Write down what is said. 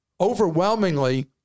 overwhelmingly